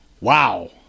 Wow